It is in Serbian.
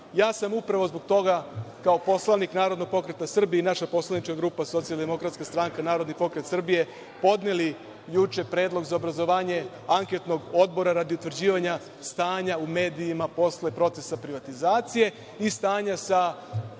nalazi. Upravo zbog toga sam kao poslanik Narodnog pokreta Srbije i naša poslanička grupa Socijaldemokratska stranka, Narodni pokret Srbije podneli juče predlog za obrazovanje anketnog odbora radi utvrđivanja stanja u medijima posle procesa privatizacije i stanja sa